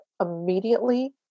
immediately